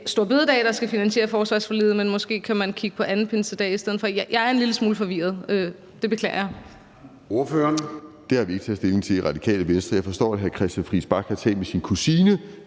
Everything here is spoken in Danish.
store bededag, der skal finansiere forsvarsforliget, men at man måske kan kigge på anden pinsedag i stedet for. Jeg er en lille smule forvirret; det beklager jeg.